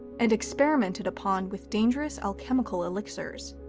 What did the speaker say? and experimented upon with dangerous alchemical elixirs.